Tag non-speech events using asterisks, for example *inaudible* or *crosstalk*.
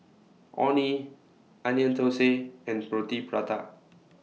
Orh Nee Onion Thosai and *noise* Roti Prata